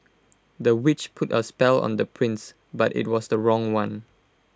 the witch put A spell on the prince but IT was the wrong one